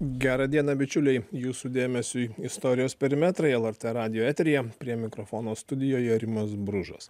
gerą dieną bičiuliai jūsų dėmesiui istorijos perimetrai lrt radijo eteryje prie mikrofono studijoje rimas bružas